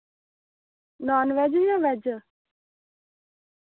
नान veg जां veg